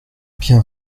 bien